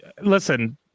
listen